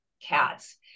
cats